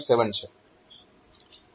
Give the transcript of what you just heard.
7 છે